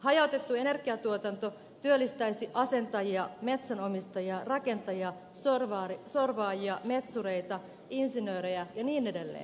hajautettu energiatuotanto työllistäisi asentajia metsänomistaja rakentajia sorvaajia metsureita insinöörejä ja niin edelleen